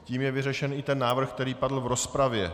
Tím je vyřešen i návrh, který padl v rozpravě.